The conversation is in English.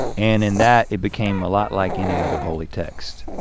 and in that, it became a lot like any other holy text.